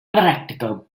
practical